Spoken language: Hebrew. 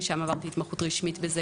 שם עברתי התמחות רשמית בזה,